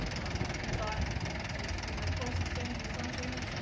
um, if you thought if if we were supposed to send you something